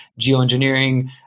geoengineering